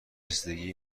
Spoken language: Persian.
رسیدگی